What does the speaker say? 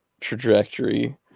trajectory